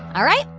all right.